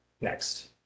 Next